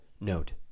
Note